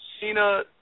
Cena